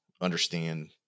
understand